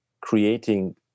creating